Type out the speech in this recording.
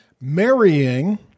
marrying